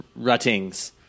ruttings